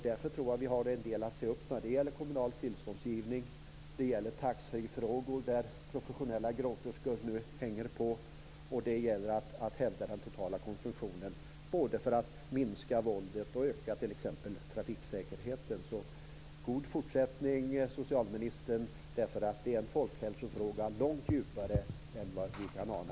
Därför har vi en del att se över när det gäller kommunal tillståndsgivning. Det gäller också taxfreefrågor, där det nu finns professionella gråterskor. Det gäller att hävda den totala konsumtionen både för att minska våldet och för att öka t.ex. trafiksäkerheten. God fortsättning, socialministern! Det här är en folkhälsofråga vars betydelse ligger långt djupare än vi kan ana.